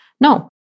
No